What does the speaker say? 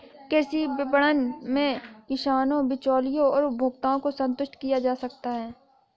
कृषि विपणन में किसानों, बिचौलियों और उपभोक्ताओं को संतुष्ट किया जा सकता है